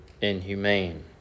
inhumane